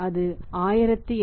அது 1080